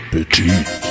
Petite